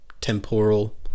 temporal